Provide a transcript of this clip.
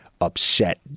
upset